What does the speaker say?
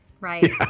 Right